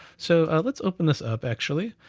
so let's open this up actually,